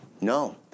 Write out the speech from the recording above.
No